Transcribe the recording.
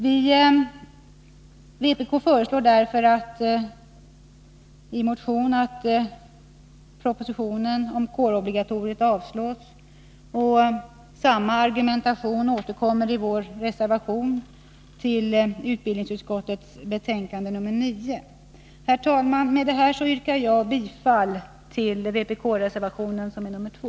Vpk föreslår därför i en motion att propositionen om kårobligatoriet avslås, och samma argumentation återkommer i vår reservation som är fogad till utbildningsutskottets betänkande 9. Herr talman! Med detta yrkar jag bifall till vpk-reservationen 2.